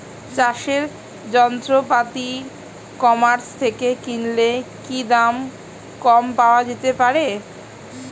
চাষের যন্ত্রপাতি e commerce থেকে কিনলে কি দাম কম পাওয়া যেতে পারে?